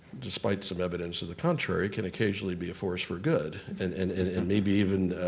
despite some evidence to the contrary, can occasionally be a force for good and and and and maybe even